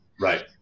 right